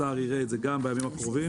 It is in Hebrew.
השר יראה את זה גם בימים הקרובים,